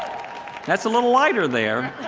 that's a little lighter there.